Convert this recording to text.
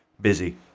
busy